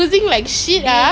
!ee! Liverpool